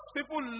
People